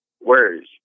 words